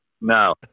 No